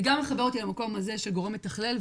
זה גם מחבר אותי למקום הזה של גורם מתכלל,